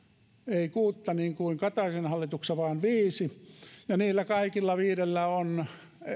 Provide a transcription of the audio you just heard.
ei kuutta niin kuin kataisen hallituksessa vaan viisi ja niillä kaikilla viidellä on